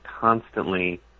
constantly